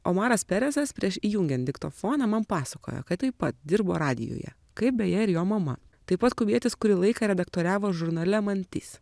omaras perezas prieš įjungiant diktofoną man pasakojo kad taip pat dirbo radijuje kaip beje ir jo mama taip pat kubietis kurį laiką redaktoriavo žurnale mantis